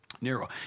Nero